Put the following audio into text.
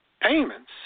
payments